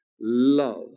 love